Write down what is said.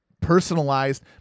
personalized